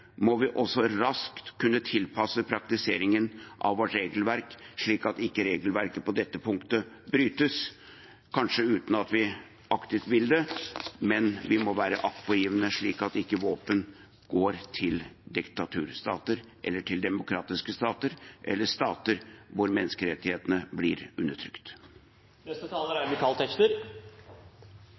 må vi raskt kunne tilpasse praktiseringen av vårt regelverk, slik at regelverket ikke på dette punktet brytes, kanskje uten at vi aktivt vil det, men vi må være aktpågivende, slik at ikke våpen går til diktaturstater, til udemokratiske stater eller til stater hvor menneskerettighetene blir undertrykt. Så lenge det er